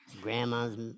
Grandma's